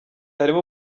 harimo